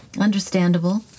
Understandable